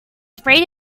sprayed